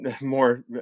more